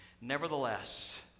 Nevertheless